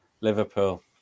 Liverpool